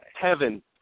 Heaven